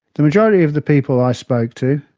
the majority of the people i spoke to,